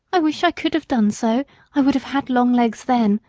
i wish i could have done so i would have had long legs then.